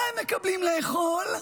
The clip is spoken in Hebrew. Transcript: מה הם מקבלים לאכול?